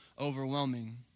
overwhelming